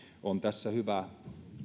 on tässä hyvä